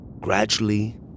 Gradually